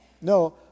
No